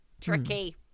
Tricky